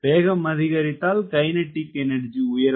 வேகம் அதிகரித்தால் கைனெடிக் சக்தி உயரும்